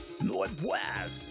northwest